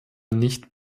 nicht